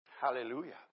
Hallelujah